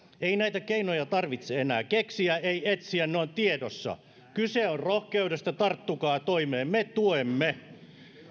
ei näitä keinoja tarvitse enää keksiä ei etsiä ne ovat tiedossa kyse on rohkeudesta tarttukaa toimeen me tuemme